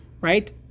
right